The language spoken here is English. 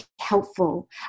helpful